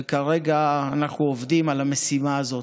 וכרגע אנחנו עובדים על המשימה הזאת.